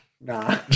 Nah